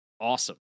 awesome